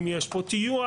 אם יש פה טיוח,